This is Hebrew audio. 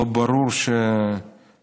אבל ברור שהיום,